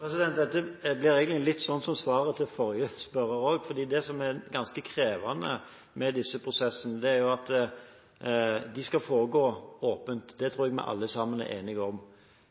Dette blir egentlig som svaret til forrige spørrer. Det som er ganske krevende med disse prosessene, er at de skal foregå åpent. Det tror jeg vi alle sammen er enige om.